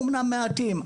אמנם מעטים,